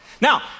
Now